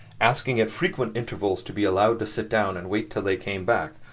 asking at frequent intervals to be allowed to sit down and wait till they came back,